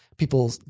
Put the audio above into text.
people